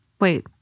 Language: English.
Wait—